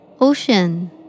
Ocean